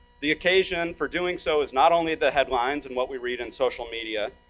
the occasion for doing so is not only the headlines and what we read in social media,